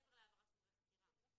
כל התיקון הזה נעשה אחרי הקריאה הראשונה.